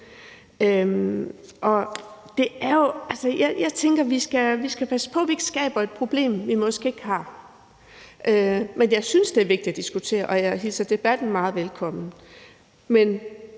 Jeg tænker, at vi skal passe på, at vi ikke skaber et problem, vi måske ikke har. Jeg synes, det er vigtigt at diskutere, og jeg hilser debatten meget velkommen,